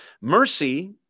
Mercy